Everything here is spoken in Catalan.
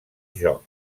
joc